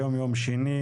היום יום שני,